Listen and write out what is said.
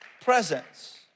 presence